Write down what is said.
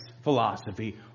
philosophy